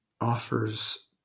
offers